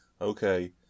Okay